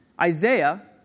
Isaiah